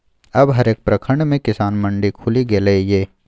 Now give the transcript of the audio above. अब हरेक प्रखंड मे किसान मंडी खुलि गेलै ये